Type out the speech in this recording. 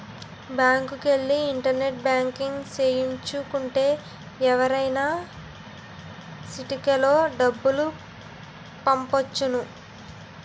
బ్యాంకుకెల్లి internet banking సేయించు కుంటే ఎవరికైనా సిటికలో డబ్బులు పంపొచ్చును